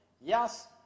yes